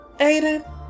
Aiden